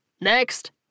Next